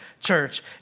Church